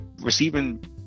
receiving